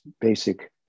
basic